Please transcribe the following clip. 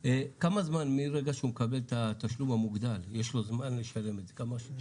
מרגע שהוא מקבל את התשלום המוגדל כמה זמן יש לו לשלם את זה?